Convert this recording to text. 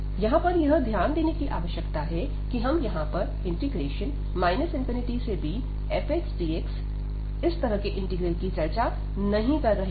यहां पर यह ध्यान देने की आवश्यकता है कि हम यहां पर ∞bfxdx तरह के इंटीग्रल की चर्चा नहीं कर रहे है